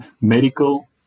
Medical